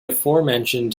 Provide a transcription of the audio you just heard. aforementioned